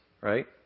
right